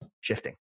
shifting